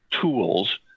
tools